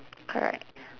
correct